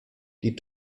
die